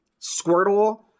Squirtle